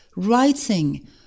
Writing